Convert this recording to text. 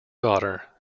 daughter